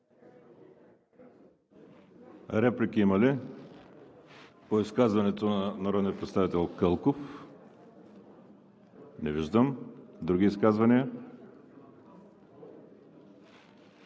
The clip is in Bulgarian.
ли реплики по изказването на народния представител Кълков? Не виждам. Други изказвания?